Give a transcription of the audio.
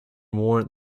warrant